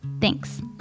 thanks